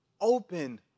open